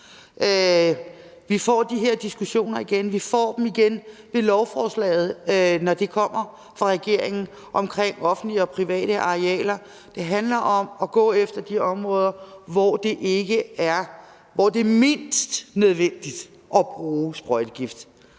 Vi får de her diskussioner igen. Vi får dem igen, når lovforslaget om offentlige og private arealer kommer fra regeringen. Det handler om at gå efter de områder, hvor det er mindst nødvendigt at bruge sprøjtegift.